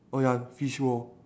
oh ya fish roe